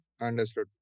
Understood